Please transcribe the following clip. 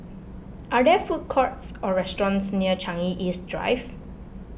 are there food courts or restaurants near Changi East Drive